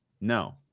no